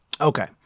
Okay